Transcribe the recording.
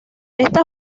esta